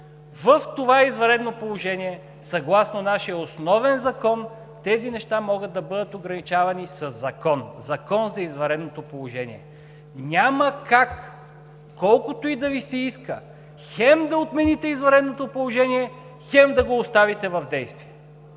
В това извънредно положение, съгласно нашия основен закон, тези неща могат да бъдат ограничавани със закон – Закон за извънредното положение. Няма как, колкото и да Ви се иска, хем да отмените извънредното положение, хем да го оставите в действие.